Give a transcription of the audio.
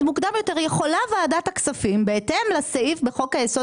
מוקדם יותר יכולה ועדת הכספים בהתאם לסעיף בחוק היסוד